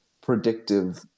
predictive